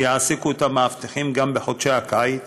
שיעסיקו את המאבטחים גם בחודשי הקיץ",